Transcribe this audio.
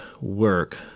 work